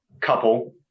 couple